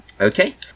Okay